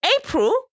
April